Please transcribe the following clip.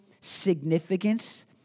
significance